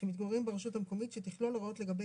שמתגוררים ברשות המקומית שתכלול הוראות לגבי